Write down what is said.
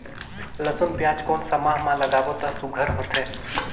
लसुन पियाज कोन सा माह म लागाबो त सुघ्घर होथे?